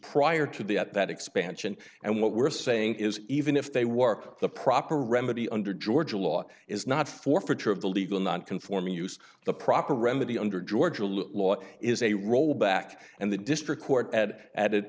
prior to the at that expansion and what we're saying is even if they work the proper remedy under georgia law is not forfeiture of the legal non conforming use the proper remedy under georgia law is a roll back and the district court at